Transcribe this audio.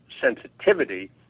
sensitivity